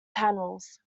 panels